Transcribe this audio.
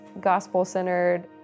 gospel-centered